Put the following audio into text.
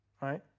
right